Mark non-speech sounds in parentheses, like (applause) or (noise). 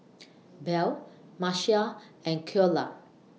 (noise) Bell Marcia and Ceola